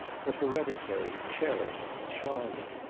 but hereditary cherished charming.